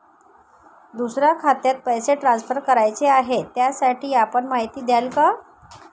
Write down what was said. दुसऱ्या खात्यात पैसे ट्रान्सफर करायचे आहेत, त्यासाठी आपण माहिती द्याल का?